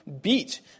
beat